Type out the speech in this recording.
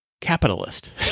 capitalist